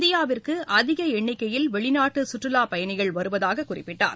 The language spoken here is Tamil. இந்தியாவிற்கு அதிக எண்ணிக்கையில் வெளிநாட்டு சுற்றுலாப் பயணிகள் வருவதாக குறிப்பிட்டார்